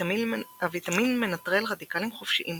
הוויטמין מנטרל רדיקלים חופשיים